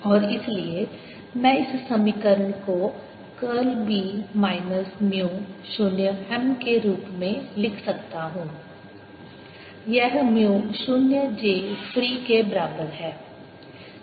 B0jfree0M और इसलिए मैं इस समीकरण को कर्ल B माइनस म्यू शून्य M के रूप में लिख सकता हूं यह शून्य j फ्री के बराबर है